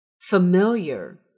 Familiar